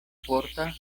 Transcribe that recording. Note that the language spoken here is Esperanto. forta